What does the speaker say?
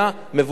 מבוצע,